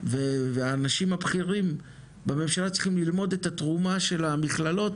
והאנשים הבכירים בממשלה צריכים ללמוד את התרומה של המכללות